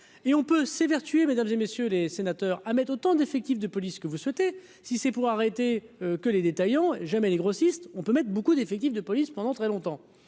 et on peut s'évertuer mesdames et messieurs les sénateurs à mettre autant d'effectifs de police que vous souhaitez, si c'est pour arrêter que les détaillants jamais les grossistes on peut mettre beaucoup d'effectifs de police pendant très longtemps,